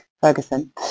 Ferguson